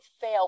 fail